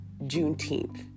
Juneteenth